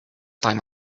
time